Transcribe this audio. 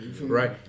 Right